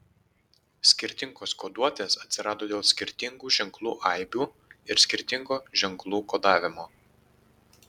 skirtingos koduotės atsirado dėl skirtingų ženklų aibių ir skirtingo ženklų kodavimo